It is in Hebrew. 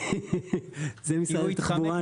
אני חושב שזה משרד התחבורה.